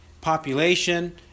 population